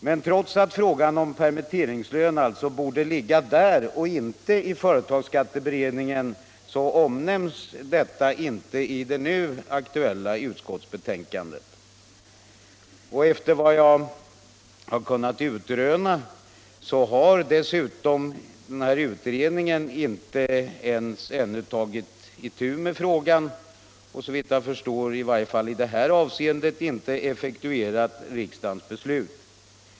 Men trots att frågan om permitteringslön alltså borde ligga där och inte i företagsskatteberedningen, så omnämns detta inte i det nu aktuella utskottsbetänkandet. Efter vad jag kunnat utröna har utredningen inte ens tagit itu med frågan ännu och såvitt jag förstår i varje fall i det här avseendet inte effektuerat riksdagens beslut.